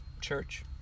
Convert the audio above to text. church